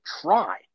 try